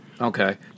Okay